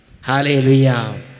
Hallelujah